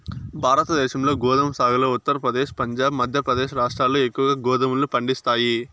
భారతదేశంలో గోధుమ సాగులో ఉత్తరప్రదేశ్, పంజాబ్, మధ్యప్రదేశ్ రాష్ట్రాలు ఎక్కువగా గోధుమలను పండిస్తాయి